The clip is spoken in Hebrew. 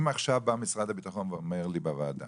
אם בא משרד הביטחון ואומר לי בוועדה,